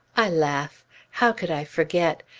i laugh how could i forget?